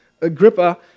Agrippa